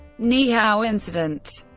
niihau incident